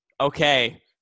Okay